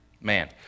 Man